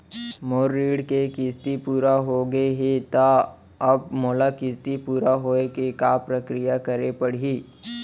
मोर ऋण के किस्ती पूरा होगे हे ता अब मोला किस्ती पूरा होए के का प्रक्रिया करे पड़ही?